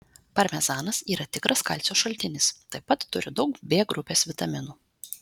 parmezanas yra tikras kalcio šaltinis taip pat turi daug b grupės vitaminų